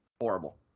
horrible